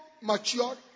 mature